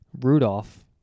Rudolph